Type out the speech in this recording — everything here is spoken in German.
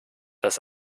das